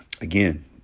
Again